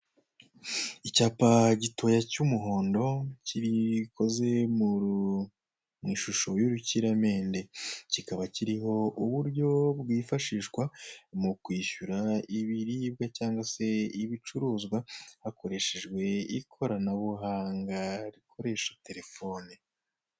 icyapa gitoya cy'umuhondo gikoze mu ishusho y'urukiramende kikaba kiriho uburyo bwifashishwa mukwishyura ibiribwa cyangwa se ibicuruzwa hakoreshejwe ikoranabuhanga rikoresha telefone